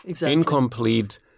incomplete